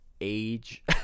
age